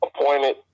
appointed